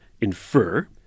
infer